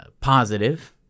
positive